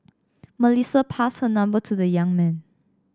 Melissa passed her number to the young man